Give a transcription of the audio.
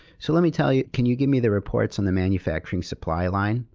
so, let me tell you, can you give me the reports on the manufacturing supply line?